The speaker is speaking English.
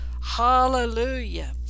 Hallelujah